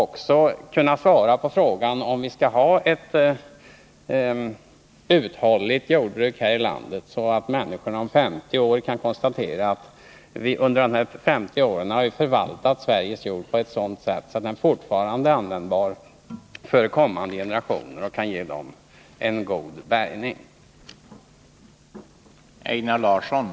Därmed skulle vi kunna svara på frågan om vi skall ha ett sådant uthålligt jordbruk här i landet att människor om 50 år skall kunna konstatera att vi har förvaltat Sveriges jord på ett sådant sätt att den är användbar för kommande generationer och att den kan ge dem en god bärgning.